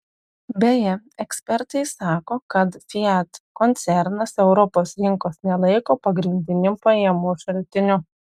beje ekspertai sako kad fiat koncernas europos rinkos nelaiko pagrindiniu pajamų šaltiniu